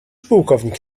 pułkownik